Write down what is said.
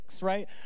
right